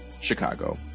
Chicago